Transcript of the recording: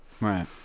right